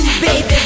baby